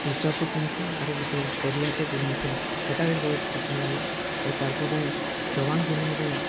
ଟିସାର୍ଟ୍ଟେ ପିନ୍ଧଛେ ଆରୁ ଗୁଟେ କରିଆଟେ ଗୁର୍ମୁଟେଇ ହେଇଚେ ସେଟା ବି ବହୁତ୍ ପସନ୍ଦ୍ ଲାଗ୍ଲା ଆର୍ ତାର୍ ପରେ ଜବାନ୍ ଫିଲ୍ମ୍ରେ